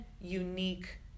unique